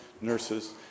nurses